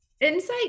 Insight